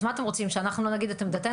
אז מה אתם רוצים שאנחנו לא נגיד את עמדתנו,